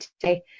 today